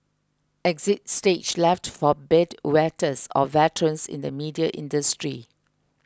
exit stage left for bed wetters or veterans in the media industry